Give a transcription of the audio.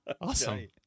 Awesome